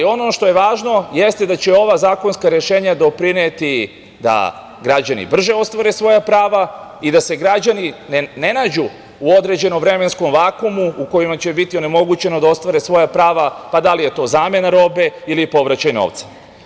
Ono što je važno, jeste da će ova zakonska rešenja doprineti da građani brže ostvare svoja prava i da se građani ne nađu u određenom vremenskom vakumu u kojem će mu biti onemogućeno da ostvari svoja prava, pa da li je to zamena robe ili povraćaj novca.